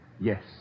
Yes